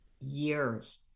Years